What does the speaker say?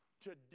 Today